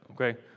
okay